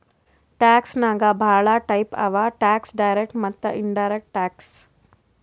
tax ನಾಗ್ ಭಾಳ type ಅವಾ ಟ್ಯಾಕ್ಸ್ ಡೈರೆಕ್ಟ್ ಮತ್ತ ಇನಡೈರೆಕ್ಟ್ ಟ್ಯಾಕ್ಸ್